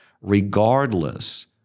regardless